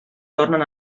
tornen